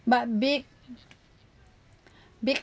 but big big